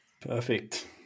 Perfect